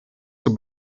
zur